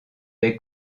des